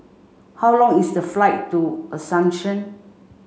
how long is the flight to Asuncion